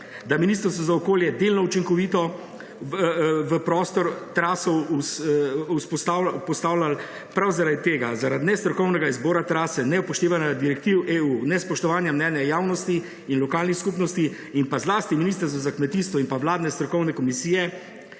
da Ministrstvo za okolje delno učinkovito v prostor traso postavlja prav zaradi tega, zaradi nestrokovnega izbora trase, neupoštevanja direktiv EU, nespoštovanja mnenja javnosti in lokalnih skupnosti in pa zlasti Ministrstva za kmetijstvo in pa vladne strokovne komisije,